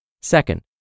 Second